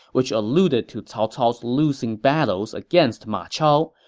which alluded to cao cao's losing battles against ma chao,